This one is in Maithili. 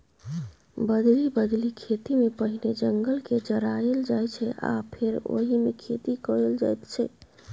बदलि बदलि खेतीमे पहिने जंगलकेँ जराएल जाइ छै आ फेर ओहिमे खेती कएल जाइत छै